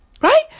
Right